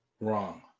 wrong